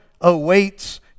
awaits